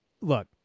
look